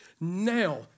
Now